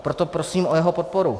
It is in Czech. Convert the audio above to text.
Proto prosím o jeho podporu.